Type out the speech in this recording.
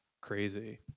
crazy